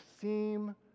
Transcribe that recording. seem